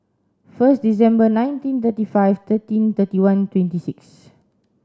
first December nineteen thirty five thirteen thirty one twenty six